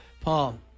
Paul